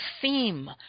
theme